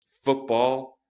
football